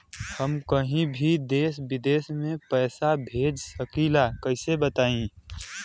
हम कहीं भी देश विदेश में पैसा भेज सकीला कईसे बताई?